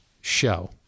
show